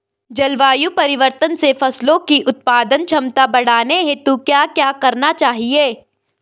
जलवायु परिवर्तन से फसलों की उत्पादन क्षमता बढ़ाने हेतु क्या क्या करना चाहिए?